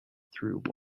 through